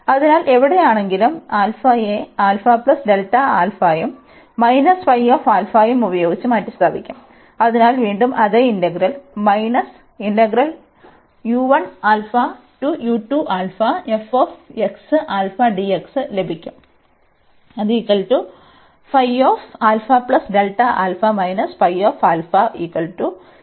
അതിനാൽ എവിടെയാണെങ്കിലും യെ ഉം ഉം ഉപയോഗിച്ച് മാറ്റിസ്ഥാപിക്കും അതിനാൽ വീണ്ടും അതേ ഇന്റഗ്രൽ ലഭിക്കും